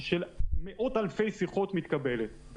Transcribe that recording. של מאות אלפי שיחות מתקבלת,